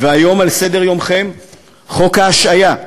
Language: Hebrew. והיום על סדר-יומכם חוק ההשעיה,